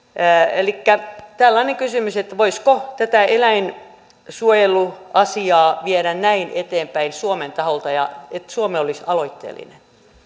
elikkä tällainen kysymys voisiko tätä eläinsuojeluasiaa viedä näin eteenpäin suomen taholta että suomi olisi aloitteellinen